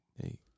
Hey